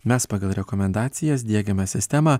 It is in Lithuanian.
mes pagal rekomendacijas diegiame sistemą